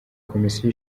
komisiyo